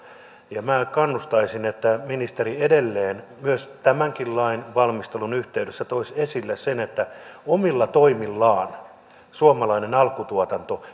minä kannustaisin että ministeri edelleen tämänkin lain valmistelun yhteydessä toisi esille sen että omilla toimillaan suomalainen alkutuotanto